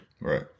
Right